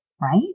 right